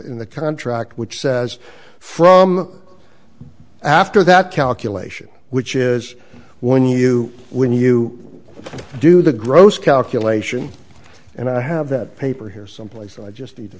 in the contract which says from after that calculation which is when you when you do the gross calculation and i have that paper here someplace i just need